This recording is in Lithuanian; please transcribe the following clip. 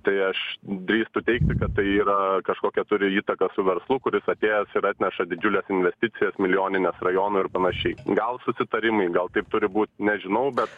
tai aš drįstu teigti kad tai yra kažkokią turi įtaką su verslu kuris atėjęs ir atneša didžiules investicijas milijonines rajonų ir panašiai gal susitarimai gal taip turi būt nežinau bet